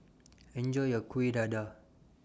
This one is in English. Enjoy your Kuih Dadar